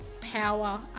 Power